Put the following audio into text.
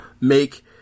make